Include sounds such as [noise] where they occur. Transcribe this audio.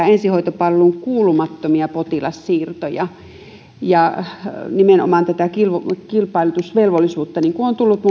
[unintelligible] ensihoitopalveluun kuulumattomia potilassiirtoja ja nimenomaan tätä kilpailutusvelvollisuutta niin kuin on tullut [unintelligible]